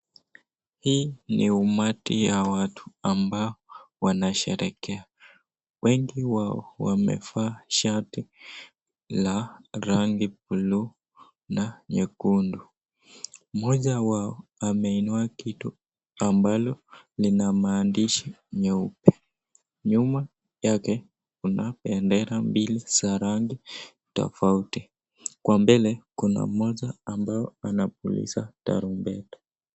Hii ni umati ya watu ambao wanasherehekea, wengi wao wamevaa shati la rangi blue na nyekundu. Mmoja wao ameinua kitu ambalo lina maandishi nyeupe. Nyuma yake kuna bendera mbili za rangi tofauti, kwa mbele kuna mmoja ambaye anapuliza tarumbeta.